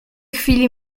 chwili